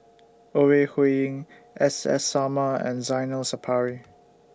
Ore Huiying S S Sarma and Zainal Sapari